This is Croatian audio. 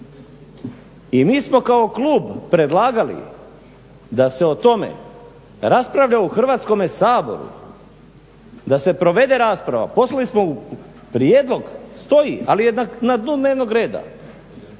i mi smo kao klub predlagali da se o tome raspravlja u Hrvatskome saboru, da se provede rasprava. Poslali smo prijedlog, stoji, ali je na dnu dnevnog reda.